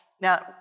Now